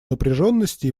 напряженности